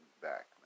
back